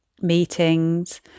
meetings